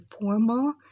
formal